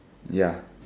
ya